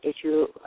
issue